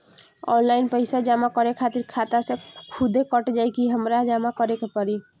Online पैसा जमा करे खातिर खाता से खुदे कट जाई कि हमरा जमा करें के पड़ी?